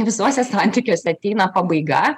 visose santykiuose ateina pabaiga